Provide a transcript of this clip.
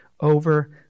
over